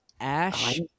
Ash